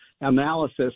analysis